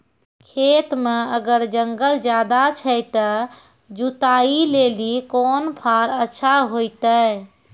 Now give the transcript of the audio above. खेत मे अगर जंगल ज्यादा छै ते जुताई लेली कोंन फार अच्छा होइतै?